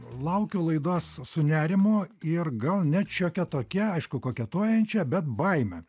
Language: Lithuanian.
laukiu laidos su nerimu ir gal net šiokia tokia aišku koketuojančia bet baime